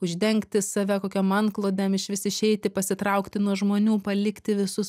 uždengti save kokiom anklodėm išvis išeiti pasitraukti nuo žmonių palikti visus